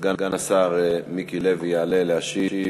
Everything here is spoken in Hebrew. סגן השר מיקי לוי יעלה להשיב,